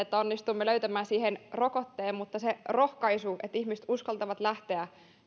että onnistumme löytämään siihen rokotteen mutta se rohkaisu että ihmiset uskaltavat lähteä